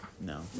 No